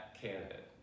candidate